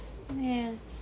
yes